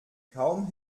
kaum